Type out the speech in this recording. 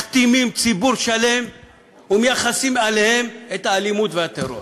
מכתימים ציבור שלם ומייחסים אליהם את האלימות והטרור.